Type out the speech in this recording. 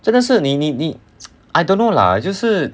真的是你你你 I don't know lah 就是